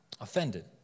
Offended